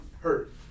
hurt